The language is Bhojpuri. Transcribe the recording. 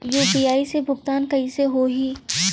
यू.पी.आई से भुगतान कइसे होहीं?